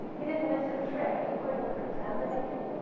he didn't miss a trick. you couldn't pretend anything,